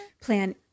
Plan